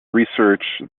research